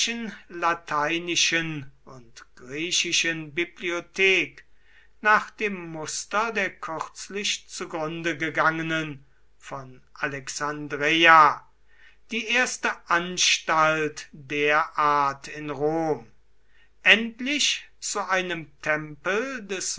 lateinischen und griechischen bibliothek nach dem muster der kürzlich zugrunde gegangenen von alexandreia die erste anstalt derart in rom endlich zu einem tempel des